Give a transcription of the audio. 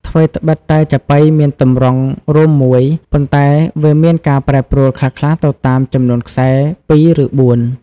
ថ្វីត្បិតតែចាប៉ីមានទម្រង់រួមមួយ ប៉ុន្តែវាមានការប្រែប្រួលខ្លះៗទៅតាមចំនួនខ្សែ ពីរ ឬបួន។